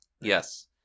Yes